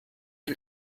ein